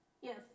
yes